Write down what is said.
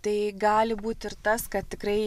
tai gali būt ir tas kad tikrai